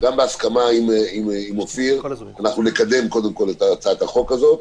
גם בהסכמה עם אופיר אנחנו נקדם קודם כול את הצעת החוק הזאת.